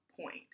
point